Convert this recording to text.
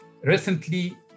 Recently